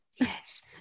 Yes